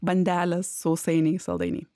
bandelės sausainiai saldainiai